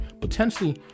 potentially